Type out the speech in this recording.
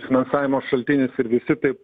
finansavimo šaltinis ir visi taip